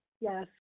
Yes